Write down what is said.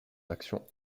actions